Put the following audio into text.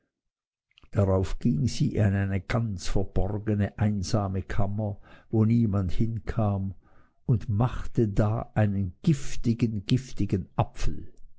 darauf ging sie in eine ganz verborgene einsame kammer wo niemand hinkam und machte da einen giftigen giftigen apfel